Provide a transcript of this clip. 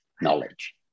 knowledge